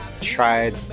tried